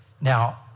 Now